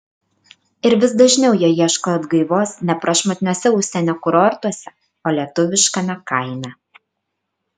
ir vis dažniau jie ieško atgaivos ne prašmatniuose užsienio kurortuose o lietuviškame kaime